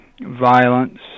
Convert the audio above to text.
violence